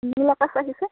নীল আকাশ আহিছে